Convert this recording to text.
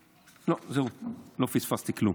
לא, זהו, לא פספסתי כלום,